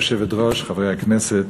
גברתי היושבת-ראש, חברי הכנסת,